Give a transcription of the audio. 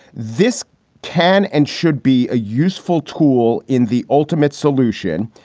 this can and should be a useful tool in the ultimate solution?